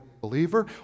believer